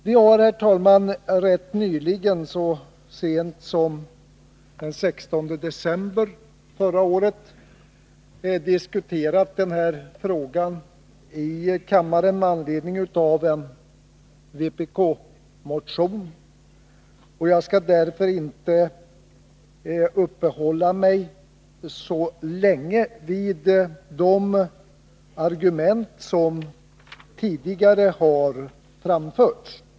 Vi har, herr talman, rätt nyligen — så sent som den 16 december förra året — diskuterat den här frågan i kammaren med anledning av en vpk-motion, och jag skall därför inte uppehålla mig så länge vid de argument som tidigare har = framförts.